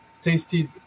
tasted